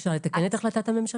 אפשר לתקן את החלטת הממשלה?